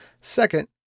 Second